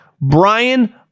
Brian